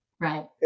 Right